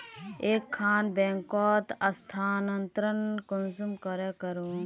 एक खान बैंकोत स्थानंतरण कुंसम करे करूम?